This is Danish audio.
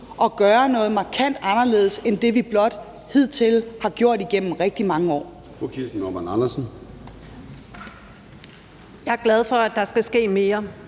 at gøre noget markant anderledes end blot det, vi hidtil har gjort igennem rigtig mange år.